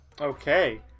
Okay